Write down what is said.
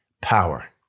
power